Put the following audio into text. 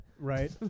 Right